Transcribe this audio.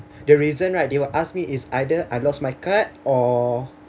the reason right they will ask me is either I lost my card or